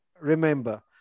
remember